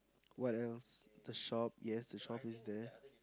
what else the shop yes the shop is there